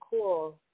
cool